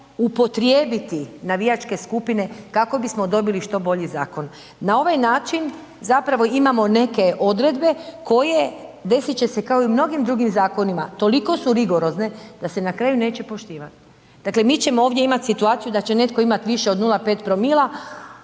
upotrijebiti navijačke skupine kako bismo dobili što bolji zakon. Na ovaj način zapravo imamo neke odredbe koje, desit će se kao i u mnogim drugim zakonima, toliko su rigorozne da se na kraju neće poštivati. Dakle mi ćemo imati ovdje situaciju da će netko imat više od 0,5‰ koji